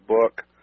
book